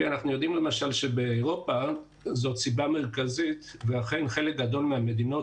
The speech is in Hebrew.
אנחנו יודעים למשל שבאירופה זאת סיבה מרכזית ואכן חלק גדול מהמדינות,